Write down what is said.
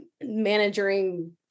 managing